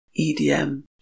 EDM